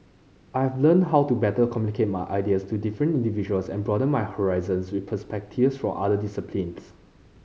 I've learnt how to better communicate my ideas to different individuals and broaden my horizons with perspectives for other disciplines